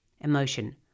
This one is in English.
Emotion